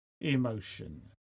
emotion